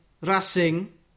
Racing